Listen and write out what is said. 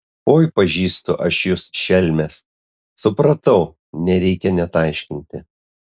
oi pažįstu aš jus šelmes supratau nereikia net aiškinti